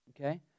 Okay